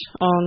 on